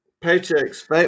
Paycheck's